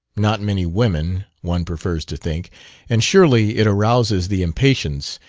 not many women, one prefers to think and surely it arouses the impatience,